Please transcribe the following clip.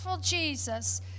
Jesus